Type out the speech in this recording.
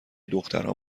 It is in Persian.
دخترها